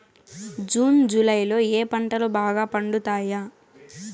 June July లో ఏ పంటలు బాగా పండుతాయా?